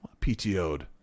PTO'd